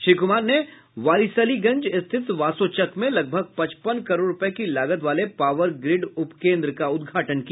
श्री कुमार ने वारिसलीगंज स्थित वासोचक में लगभग पचपन करोड़ रुपये की लागत वाले पावर ग्रिड उपकेंद्र का उद्घाटन किया